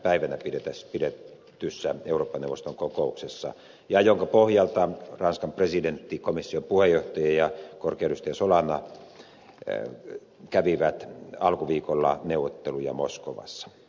päivänä pidetyssä eurooppa neuvoston kokouksessa ja jonka pohjalta ranskan presidentti komission puheenjohtaja ja korkea edustaja solana kävivät alkuviikolla neuvotteluja moskovassa